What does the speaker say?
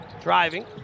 driving